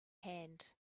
hand